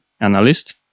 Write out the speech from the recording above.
analyst